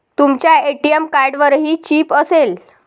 तुमच्या ए.टी.एम कार्डवरही चिप असेल